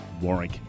Warwick